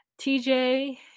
tj